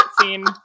scene